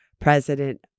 President